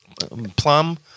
plum